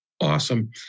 Awesome